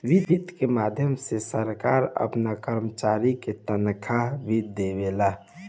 वित्त के माध्यम से सरकार आपना कर्मचारी के तनखाह भी देवेला